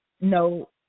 No